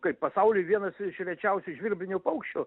kaip pasauly vienas iš rečiausių žvirblinių paukščių